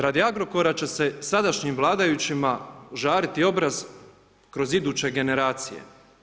Radi Agrokora će se sadašnjim vladajućima žariti obraz kroz iduće generacije.